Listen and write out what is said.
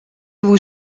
vous